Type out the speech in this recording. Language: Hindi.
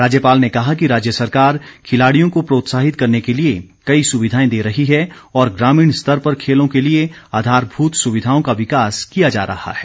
राज्यपाल ने कहा कि राज्य सरकार खिलाड़ियों को प्रोत्साहित करने के लिए कई सुविधाएं दे रही है और ग्रामीण स्तर पर खेलों के लिए आधारभूत सुविधाओं का विकास किया जा रहा है